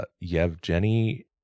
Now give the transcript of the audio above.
Yevgeny